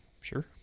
Sure